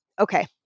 okay